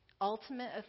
ultimate